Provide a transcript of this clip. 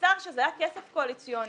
נמסר שזה היה כסף קואליציוני.